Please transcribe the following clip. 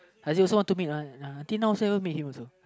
Azik also want to meet one until now also haven't meet him also